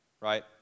right